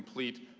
complete.